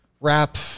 wrap